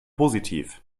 positiv